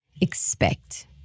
expect